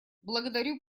благодарю